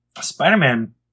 spider-man